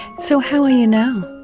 so how are you now?